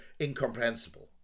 incomprehensible